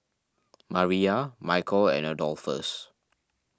Mariyah Micheal and Adolphus